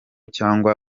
cyangwa